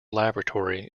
laboratory